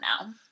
now